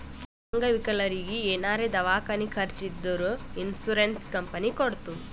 ಅಂಗವಿಕಲರಿಗಿ ಏನಾರೇ ದವ್ಕಾನಿ ಖರ್ಚ್ ಇದ್ದೂರ್ ಇನ್ಸೂರೆನ್ಸ್ ಕಂಪನಿ ಕೊಡ್ತುದ್